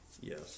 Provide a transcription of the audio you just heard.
Yes